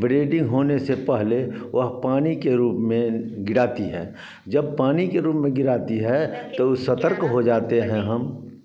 breeding होने से पहले वह पानी के रूप में गिराती है जब पानी के रूप में गिराती है तो सतर्क हो जाते हैं हम